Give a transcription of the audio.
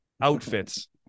outfits